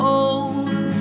old